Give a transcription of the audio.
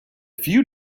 few